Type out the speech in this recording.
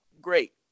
great